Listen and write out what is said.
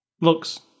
looks